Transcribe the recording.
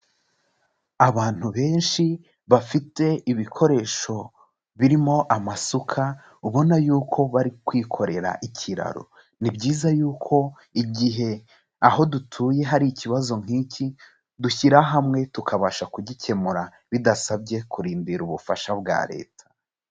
Abantu benshi bafite ibikoresho birimo amasuka ubona y'uko bari kwikorera ikiraro, ni byiza yuko igihe aho dutuye hari ikibazo nk'iki, dushyira hamwe tukabasha kugikemura bidasabye kurindira ubufasha bwa Leta.